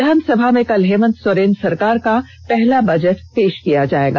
विधानसभा में कल हेमंत सोरेन सरकार का पहला बजट पेष किया जाएगा